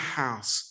house